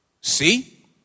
See